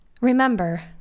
Remember